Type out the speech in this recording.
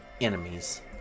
enemies